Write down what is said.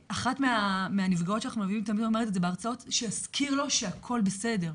כפי שאחת הנפגעות שאנחנו מביאים תמיד להרצאות "יזכיר לו שהכל בסדר",